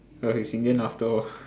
ya he's indian after all